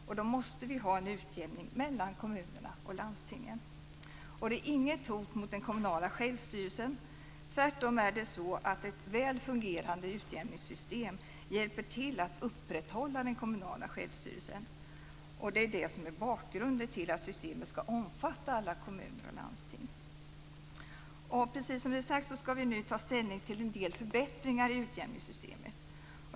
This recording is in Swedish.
Och då måste vi ha en utjämning mellan kommunerna och landstingen. Detta är inget hot mot den kommunala självstyrelsen. Tvärtom är det så att ett väl fungerande utjämningssystem hjälper till att upprätthålla den kommunala självstyrelsen. Det är det som är bakgrunden till att systemet skall omfatta alla kommuner och landsting. Precis som sagts skall vi nu ta ställning till en del förbättringar i utjämningssystemet.